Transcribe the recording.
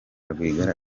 rwigara